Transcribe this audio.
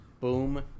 Boom